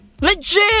Legit